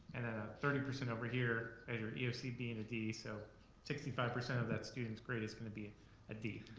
and then a thirty percent over here as your eoc being a d. so sixty five percent of that student's grade is gonna be a d.